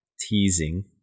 teasing